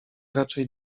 raczej